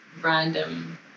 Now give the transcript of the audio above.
random